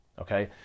okay